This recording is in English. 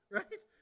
right